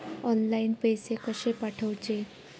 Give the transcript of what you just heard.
Online पैसे कशे पाठवचे?